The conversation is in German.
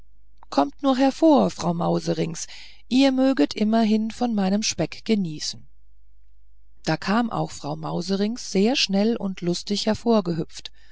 kommt nur hervor frau mauserinks ihr möget immerhin von meinem speck genießen da kam auch frau mauserinks sehr schnell und lustig hervorgehüpft